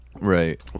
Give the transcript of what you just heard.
right